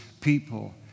people